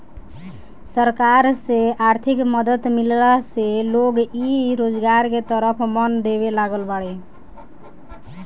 सरकार से आर्थिक मदद मिलला से लोग इ रोजगार के तरफ मन देबे लागल बाड़ें